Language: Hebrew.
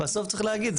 בסוף צריך להגיד,